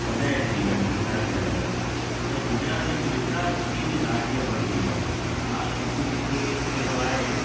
वधाए छॾियूं आहिनि गुजरात जे अंदरि त गुजरात हिकु विकासशील राज्य बणिजी वियो आहे हा किथे किथे अहिड़ो आहे